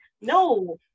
No